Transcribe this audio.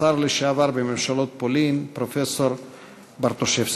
השר לשעבר בממשלות פולין, פרופסור ברטושבסקי.